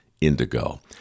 indigo